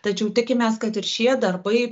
tačiau tikimės kad ir šie darbai